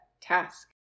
task